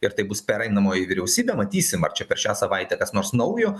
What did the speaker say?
ir tai bus pereinamoji vyriausybė matysim ar čia per šią savaitę kas nors naujo